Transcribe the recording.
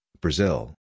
Brazil